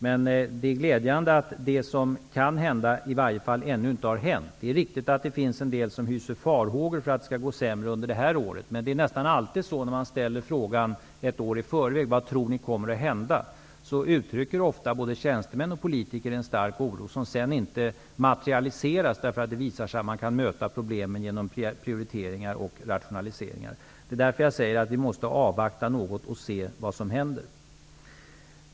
Men det är glädjande att det som kan hända i varje fall ännu inte har hänt. Det är riktigt att en del hyser farhågor för att det skall gå sämre under det här året. När man ett år i förväg frågar både tjänstemän och politiker vad de tror kommer att hända, uttrycker de ofta en stark oro som sedan inte materialiseras. Det visar sig att man kan möta problemen genom prioriteringar och rationaliseringar. Det är därför jag säger att vi måste avvakta något och se vad som händer.